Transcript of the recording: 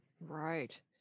Right